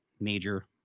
Major